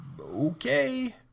okay